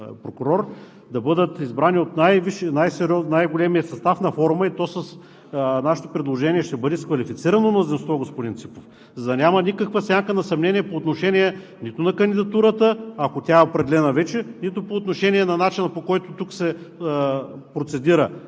най-сериозния, най-големия състав на форума, то ще бъде с квалифицирано мнозинство, господин Ципов, за да няма никаква сянка на съмнение по отношение нито на кандидатурата, ако тя е определена вече, нито по отношение на начина, по който тук се процедира